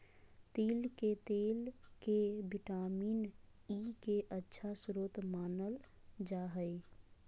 तिल के तेल के विटामिन ई के अच्छा स्रोत मानल जा हइ